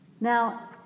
Now